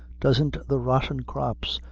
doesn't the rotten' crops,